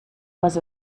was